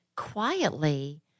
quietly